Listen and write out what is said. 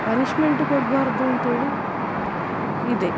punishment ಕೊಡ್ಬಾರದು ಅಂತ್ಹೇಳಿ ಇದೆ